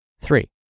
Three